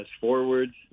forwards